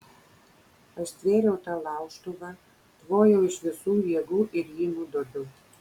aš stvėriau tą laužtuvą tvojau iš visų jėgų ir jį nudobiau